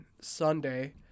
Sunday